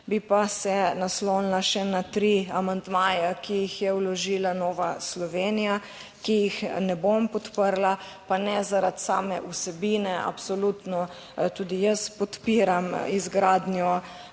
bi pa se naslonila še na tri amandmaje, ki jih je vložila Nova Slovenija, ki jih ne bom podprla, pa ne zaradi same vsebine, absolutno, tudi jaz podpiram izgradnjo,